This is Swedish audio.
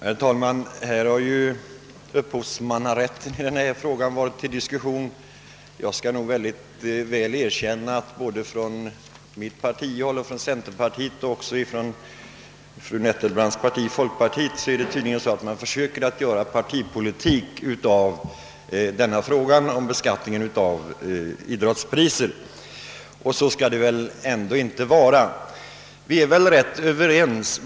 Herr talman! Här har upphovsrätten diskuterats och jag vill gärna erkänna att man från såväl mitt partis sida som från centerns och från fru Nettelbrandts partis sida försöker göra partipolitik av frågan om beskattningen av idrottspriser. Så borde det inte vara.